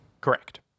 Correct